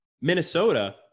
Minnesota